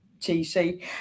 TC